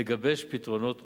לגבש פתרונות מוסכמים.